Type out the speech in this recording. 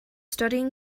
studying